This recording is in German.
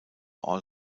all